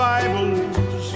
Bibles